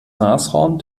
nashorn